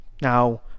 Now